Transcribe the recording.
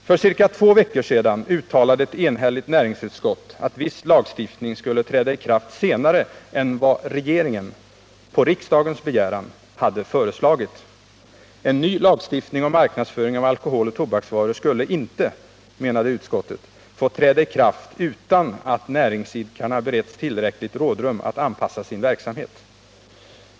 För ca två veckor sedan uttalade ett enhälligt näringsutskott att en viss lagstiftning skulle träda i kraft senare än vad regeringen — på riksdagens begäran — hade föreslagit. En ny lagstiftning om marknadsföring av alkoholoch tobaksvaror skulle inte, menade utskottet, få träda i kraft utan att näringsidkarna beretts tillräckligt rådrum att anpassa sin verksamhet.